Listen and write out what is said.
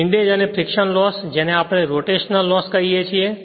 windage અને friction loss જેને આપણે રોટેશનલ લોસ કહીએ છીએ